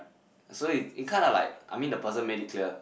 so it's it kinda like I mean the person made it clear